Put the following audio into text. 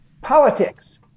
politics